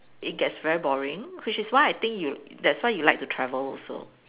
it gets very boring which is why I think you that's why you like to travel also